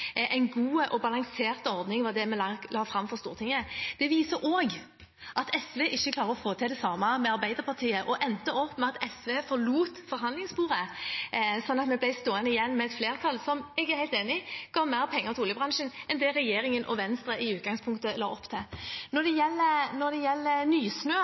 en god og balansert ordning, og det har vi lagt fram for Stortinget. Det viser òg at SV ikke klarer å få til det samme sammen med Arbeiderpartiet og endte opp med at SV forlot forhandlingsbordet, slik at vi ble stående igjen med et flertall som – jeg er helt enig – ga mer penger til oljebransjen enn det regjeringen og Venstre i utgangspunktet la opp til. Når det gjelder Nysnø,